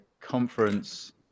conference